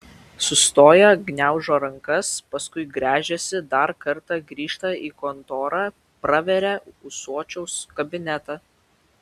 sustoja gniaužo rankas paskui gręžiasi dar kartą grįžta į kontorą praveria ūsočiaus kabinetą